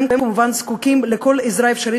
והם כמובן זקוקים לכל עזרה אפשרית